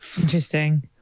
Interesting